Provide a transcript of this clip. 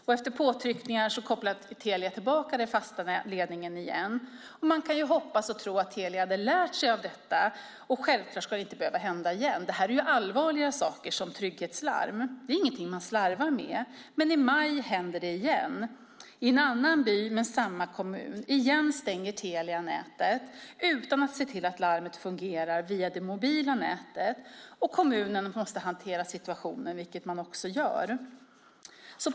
Efter påtryckningar kopplar Telia tillbaka den fasta ledningen igen. Man hoppas och tror att Telia har lärt sig av detta, och självklart ska det inte behöva hända igen. Det här är allvarliga saker. Trygghetslarm är ingenting man slarvar med. Men i maj händer det igen, i en annan by men i samma kommun. Igen stänger Telia nätet utan att se till att larmet fungerar via det mobila nätet, och kommunen måste hantera situationen, vilket man också gör.